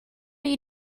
you